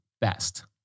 best